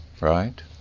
Right